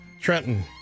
Trenton